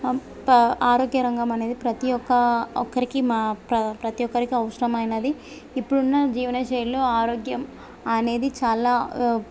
ప ఆరోగ్య రంగం అనేది ప్రతీ ఒక్క ఒక్కరికి మా ప్ర ప్రతీ ఒక్కరికి అవసరమైనది ఇప్పుడున్న జీవన శైలిలో ఆరోగ్యం అనేది చాలా